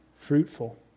Fruitful